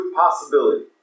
possibility